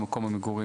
או מקום המגורים,